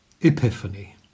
Epiphany